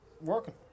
Working